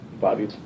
Bobby